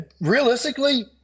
realistically